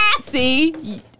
See